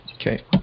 Okay